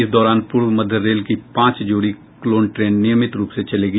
इस दौरान पूर्व मध्य रेल की पांच जोड़ी क्लोन ट्रेन नियमित रूप से चलेंगी